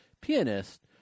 pianist